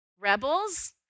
Rebels